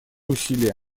усилия